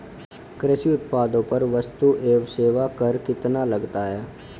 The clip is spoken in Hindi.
कृषि उत्पादों पर वस्तु एवं सेवा कर कितना लगता है?